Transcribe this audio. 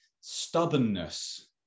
stubbornness